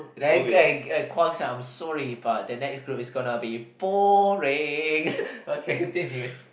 ugh ugh Guang-Xiang I'm sorry but the next group is gonna be boring